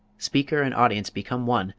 speaker and audience become one,